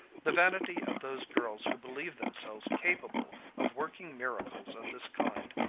the vanity of those girls who believe themselves capable of working miracles of this kind,